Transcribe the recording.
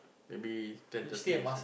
maybe ten thirty as well